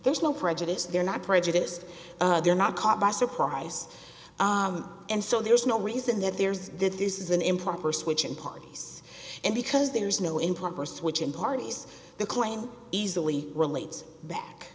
there's no prejudice they're not prejudiced they're not caught by surprise and so there's no reason that there's did this is an improper switch and parties and because there is no improper switch in parties the claim easily relates